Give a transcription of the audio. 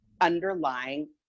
underlying